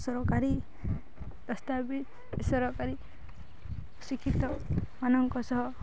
ସରକାରୀ ରାସ୍ତା ବେସରକାରୀ ଶିକ୍ଷିତମାନଙ୍କ ସହ